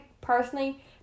personally